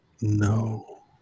no